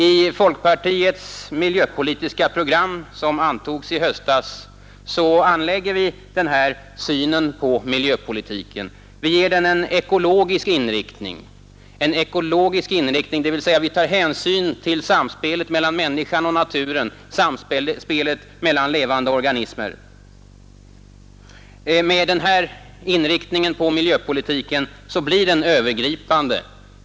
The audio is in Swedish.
I folkpartiets miljöpolitiska program som antogs i höstas anlägger vi denna syn på miljöpolitiken. Vi ger den en ekologisk inriktning, dvs. vi tar hänsyn till samspelet mellan människan och naturen, samspelet mellan levande organismer. Med den inriktningen på miljöpolitiken blir den övergripande.